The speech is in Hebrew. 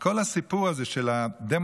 כל הסיפור הזה של הדה-הומניזציה,